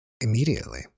immediately